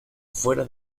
fuera